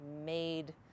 made